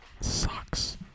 sucks